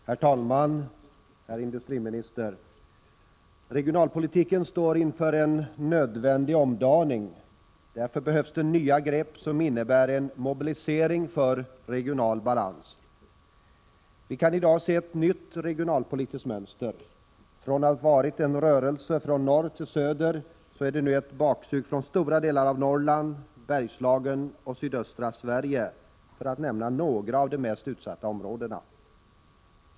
Herr talman! Herr industriminister! Regionalpolitiken står inför en nödvändig omdaning. Därför behövs det nya grepp, som innebär en mobilisering för regional balans. Vi kan i dag se ett nytt regionalpolitiskt mönster. Från att ha varit en rörelse från norr till söder är det nu ett ”baksug” från stora delar av Norrland, Bergslagen och sydöstra Sverige, för att nämna några av de mest utsatta områdena.